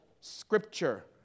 scripture